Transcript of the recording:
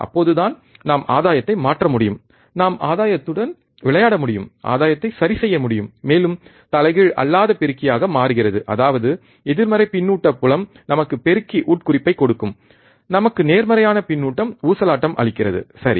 அப்போதுதான் நாம் ஆதாயத்தை மாற்ற முடியும் நாம் ஆதாயத்துடன் விளையாட முடியும் ஆதாயத்தை சரிசெய்ய முடியும் மேலும் தலைகீழ் அல்லாத பெருக்கியாக மாறுகிறது அதாவது எதிர்மறை பின்னூட்ட புலம் நமக்கு பெருக்கி உட்குறிப்பைக் கொடுக்கும் நமக்கு நேர்மறையான பின்னூட்டம் ஊசலாட்டம் அளிக்கிறது சரி